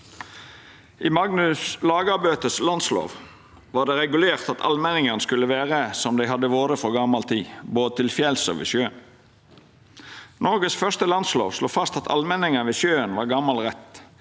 I Magnus Lagabøtes landslov var det regulert at allmenningane skulle vera som dei hadde vore frå gamal tid, både til fjells og ved sjøen. Noregs første landslov slo fast at allmenningar ved sjøen var gamal rett.